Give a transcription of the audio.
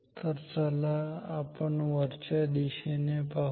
तर चला आपण वरच्या दिशेने पाहू